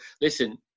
listen